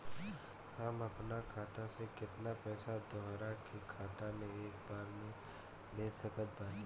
हम अपना खाता से केतना पैसा दोसरा के खाता मे एक बार मे भेज सकत बानी?